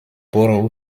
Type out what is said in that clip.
borrow